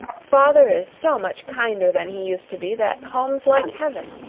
father is so much kinder than he used to be, that home's like heaven!